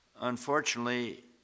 Unfortunately